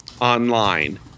online